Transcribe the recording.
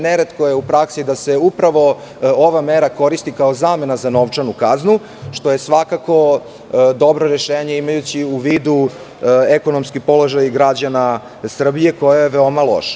Neretko je u praksi da se upravo ova mera koristi kao zamena za novčanu kaznu, što je svakako dobro rešenje, imajući u vidu ekonomski položaj građana Srbije, koji je veoma loš.